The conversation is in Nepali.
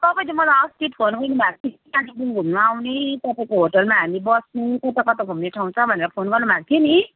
अँ तपाईँले मलाई अस्ति फोन गर्नुभएको थियो नि कालेबुङ घुम्नु आउने तपाईँको होटेलमा हामी बस्ने कता कता घुम्ने ठाउँ छ भनेर फोन गर्नुभएको थियो नि